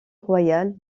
royale